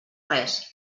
res